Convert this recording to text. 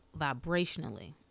vibrationally